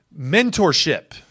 mentorship